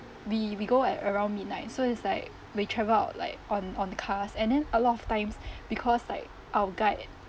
we we go at around midnight so it's like they travel out like on on cars and then a lot of times because like our guide